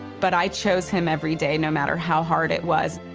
but i chose him every day, no matter how hard it was.